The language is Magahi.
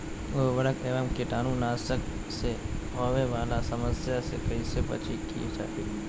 उर्वरक एवं कीटाणु नाशक से होवे वाला समस्या से कैसै बची के चाहि?